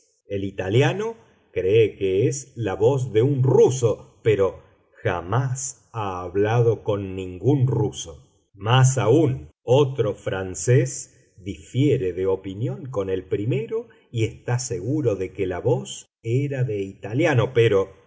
el italiano cree que es la voz de un ruso pero jamás ha hablado con ningún ruso más aún otro francés difiere de opinión con el primero y está seguro de que la voz era de italiano pero